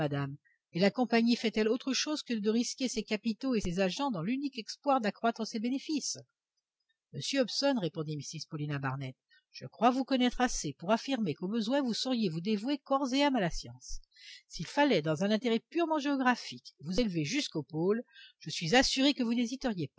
et la compagnie fait-elle autre chose que de risquer ses capitaux et ses agents dans l'unique espoir d'accroître ses bénéfices monsieur hobson répondit mrs paulina barnett je crois vous connaître assez pour affirmer qu'au besoin vous sauriez vous dévouer corps et âme à la science s'il fallait dans un intérêt purement géographique vous élever jusqu'au pôle je suis assurée que vous n'hésiteriez